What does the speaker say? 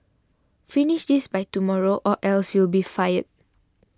finish this by tomorrow or else you'll be fired